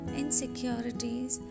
insecurities